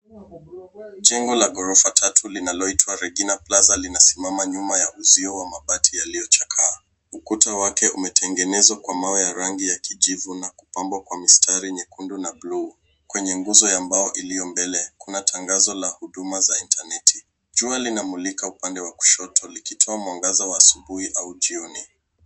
Jengo la ghorofa tatu linaloitwa Regina Plaza linasimama nyuma ya uzio wa mabati yaliyochakaa. Ukuta wake umetengenezwa kwa mawe ya rangi ya kijivu na kupambwa kwa mistari nyekundu na bluu. Kwenye nguzo ya mbao iliyo mbele kuna tangazo la huduma za intaneti. Jua linamulika upande wa kushoto likitoa mwangaza wa asubuhi au jioni.